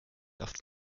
auf